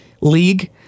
league